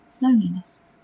loneliness